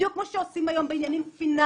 בדיוק כמו שעושים היום בעניינים פיננסיים